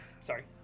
Sorry